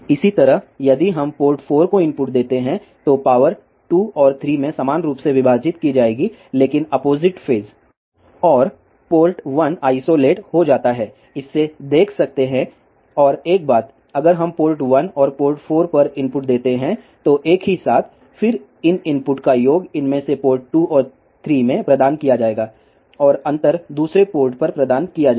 इसी तरह यदि हम पोर्ट 4 को इनपुट देते हैं तो पावर 2 और 3 में समान रूप से विभाजित की जाएगी लेकिन अपोसिट फेज और पोर्ट 1 आईसोलेट हो जाता है इससे देख सकते है और एक बात अगर हम पोर्ट 1 और पोर्ट 4 पर इनपुट देते हैं एक साथ फिर इन इनपुट का योग इनमें से एक पोर्ट 2 और 3 में प्रदान किया जाएगा और अंतर दूसरे पोर्ट पर प्रदान किया जाएगा